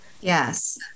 Yes